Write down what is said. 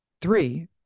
Three